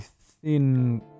thin